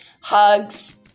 hugs